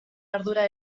ardura